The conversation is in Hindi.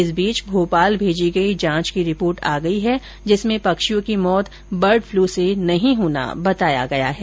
इस बीच भोपाल भेजी गयी जांच की रिपोर्ट आ गई है जिसमें पक्षियों की मौत बर्ड फ्ल्यू से नहीं होना बताया गया है